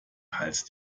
hals